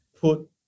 put